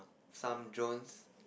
some drones